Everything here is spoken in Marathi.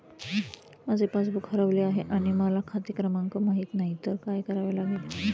माझे पासबूक हरवले आहे आणि मला खाते क्रमांक माहित नाही तर काय करावे लागेल?